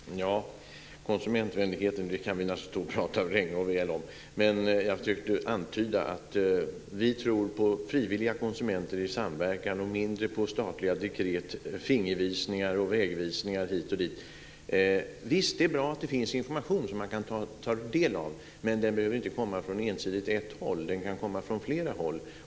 Fru talman! Konsumentvänligheten kan vi naturligtvis tala länge och väl om. Jag försökte antyda att vi tror på frivilliga konsumenter i samverkan och mindre på statliga dekret, fingervisningar och vägvisningar hit och dit. Visst, det är bra att det finns information som man kan ta del av, men den behöver ju inte ensidigt komma från ett håll, utan den kan komma från flera håll.